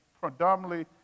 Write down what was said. predominantly